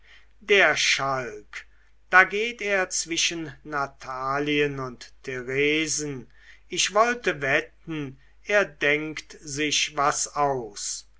der schalk da geht er zwischen natalien und theresen ich wollte wetten er denkt sich was aus